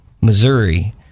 Missouri